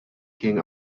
king